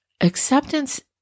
acceptance